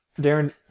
Darren